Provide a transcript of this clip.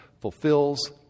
fulfills